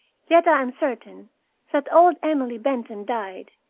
yet i am certain that old emily benton died,